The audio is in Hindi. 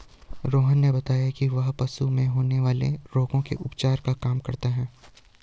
रोहन ने बताया कि वह पशुओं में होने वाले रोगों के उपचार का काम करता है